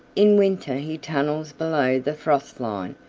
in winter he tunnels below the frost line.